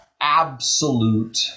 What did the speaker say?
absolute